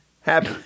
Happy